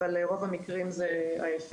אבל ברוב המקרים זה ההפך.